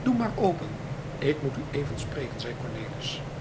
doe maar open ik moet u even spreken zeide cornelis